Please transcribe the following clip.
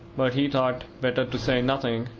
but he thought better to say nothing.